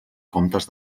comptes